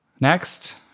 Next